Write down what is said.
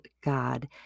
God